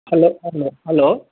hello hello hello